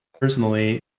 personally